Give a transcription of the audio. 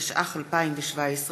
התשע"ח 2017,